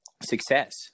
success